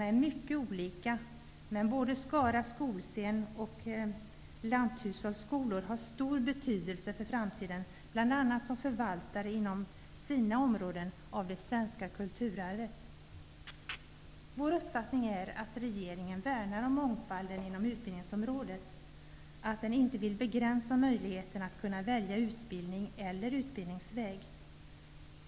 De är mycket olika, men både Skara skolscen och lanthushållsskolor har stor betydelse för framtiden, bl.a. som förvaltare av det svenska kulturarvet inom sina områden. Vår uppfattning är att regeringen värnar om mångfalden inom utbildningsområdet, att den inte vill begränsa möjligheten att kunna välja utbildning eller utbildningsväg.